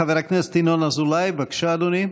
חבר הכנסת ינון אזולאי, בבקשה, אדוני.